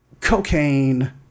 cocaine